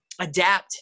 adapt